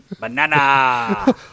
Banana